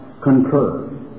concur